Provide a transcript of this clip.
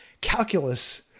calculus